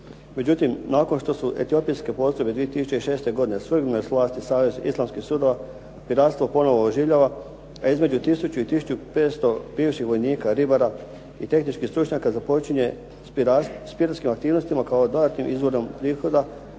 Međutim, nakon što su etiopijske postrojbe 2006. godine svrgnule s vlasti savez islamskih sudova, piratstvo ponovo oživljava, a između 1000 i 1500 bivših vojnika, ribara i tehničkih stručnjaka započinje s piratskim aktivnostima kao dodatnim izvorom prihoda,